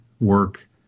work